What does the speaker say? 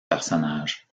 personnages